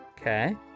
Okay